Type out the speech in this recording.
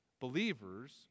believers